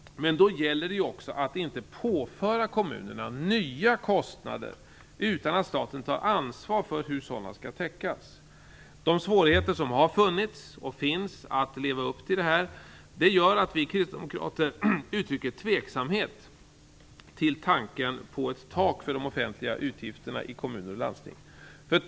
Men då gäller det också att inte påföra kommunerna nya kostnader utan att staten tar ansvar för hur sådana skall täckas. De svårigheter som har funnits och finns att leva upp till detta gör att vi kristdemokrater uttrycker tveksamhet till tanken på ett tak för de offentliga utgifterna i kommuner och landsting.